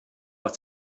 was